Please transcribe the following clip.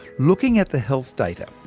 looking at the health data,